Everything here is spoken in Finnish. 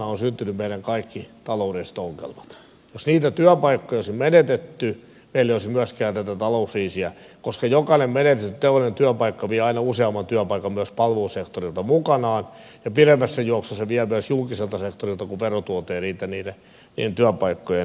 jos niitä työpaikkoja ei olisi menetetty meillä ei olisi myöskään tätä talouskriisiä koska jokainen menetetty teollinen työpaikka vie aina useamman työpaikan myös palvelusektorilta mukanaan ja pidemmässä juoksussa se vie myös julkiselta sektorilta kun verotulot eivät riitä niiden työpaikkojen saamiseen